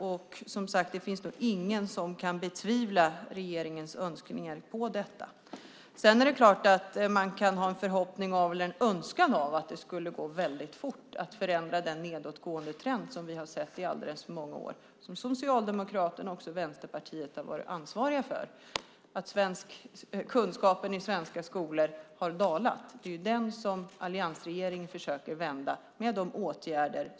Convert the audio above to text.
Och, som sagt, det finns nog ingen som kan betvivla regeringens önskemål i fråga om det. Sedan är det klart att man kan ha en förhoppning eller en önskan om att det skulle gå väldigt fort att förändra den nedåtgående trend som vi har sett i alldeles för många år, som Socialdemokraterna och också Vänsterpartiet har varit ansvariga för, att kunskapen i svenska skolor har dalat. Det är denna trend som alliansregeringen försöker vända med våra åtgärder.